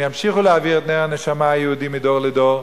הם ימשיכו להעביר את נר הנשמה היהודי מדור לדור,